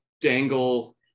dangle